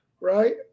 right